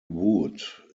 wood